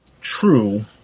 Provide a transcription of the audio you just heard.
True